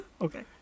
Okay